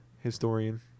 historian